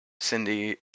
Cindy